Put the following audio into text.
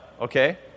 Okay